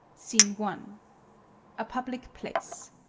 scene one a public place